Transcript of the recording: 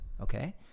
okay